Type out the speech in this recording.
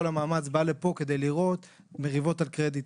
המאמץ ובא לפה כדי לראות מריבות על קרדיטים.